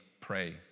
pray